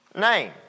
name